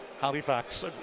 Halifax